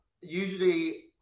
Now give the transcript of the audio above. usually